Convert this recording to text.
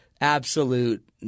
absolute